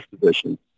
position